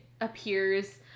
appears